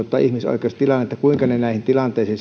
ihmisoikeustilannetta kuinka ne näihin tilanteisiin